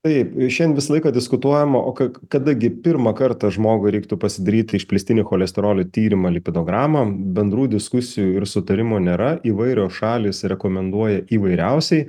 taip šiandien visą laiką diskutuojam o ka kada gi pirmą kartą žmogui reiktų pasidaryt išplėstinį cholesterolio tyrimą lipidogramą bendrų diskusijų ir sutarimo nėra įvairios šalys rekomenduoja įvairiausiai